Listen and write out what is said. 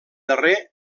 darrer